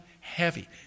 heavy